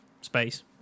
space